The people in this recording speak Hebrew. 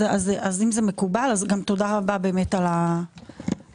אם זה מקובל, תודה רבה על הגמישות.